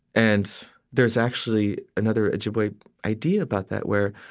and there's actually another ojibwe idea about that where